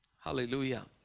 Hallelujah